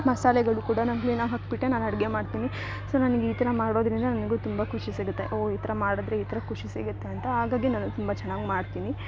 ಮಸಾಲೆಗಳು ಕೂಡ ನಮ್ಮದೆ ನಾವು ಹಾಕ್ಬಿಟ್ಟೆ ನಾನು ಅಡಿಗೆ ಮಾಡ್ತಿನಿ ಸೊ ನನ್ಗೆ ಈ ಥರ ಮಾಡೋದ್ರಿಂದ ನನಗು ತುಂಬ ಖುಷಿ ಸಿಗುತ್ತೆ ಓ ಈ ಥರ ಮಾಡಿದ್ರೆ ಈ ಥರ ಖುಷಿ ಸಿಗುತ್ತೆ ಅಂತ ಹಾಗಾಗಿ ನಾನು ತುಂಬ ಚೆನ್ನಾಗ್ ಮಾಡ್ತೀನಿ